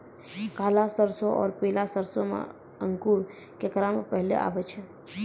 काला सरसो और पीला सरसो मे अंकुर केकरा मे पहले आबै छै?